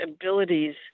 abilities